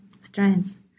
strengths